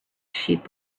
sheep